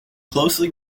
closely